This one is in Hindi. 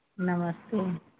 नमस्ते